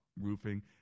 roofing